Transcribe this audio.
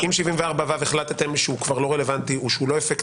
אם החלטתם ש-74ו הוא כבר לא רלוונטי או שהוא לא אפקטיבי,